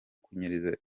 kunyereza